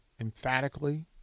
emphatically